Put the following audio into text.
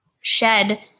shed